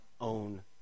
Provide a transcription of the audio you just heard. own